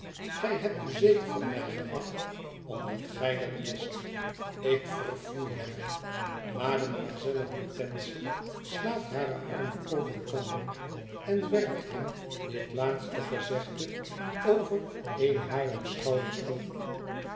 gij hebt u zeker van mij geacht omdat gij dat wist ik verfoei haar mademoiselle hortense slaat hare armen over elkander en werpt hem dit laatste gezegde over een harer schouders toe